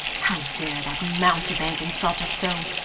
how dares that mountebank insult us so?